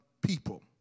people